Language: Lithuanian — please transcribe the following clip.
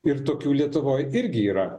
ir tokių lietuvoj irgi yra